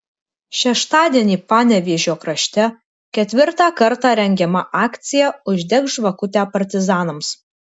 šeštadienį panevėžio krašte ketvirtą kartą rengiama akcija uždek žvakutę partizanams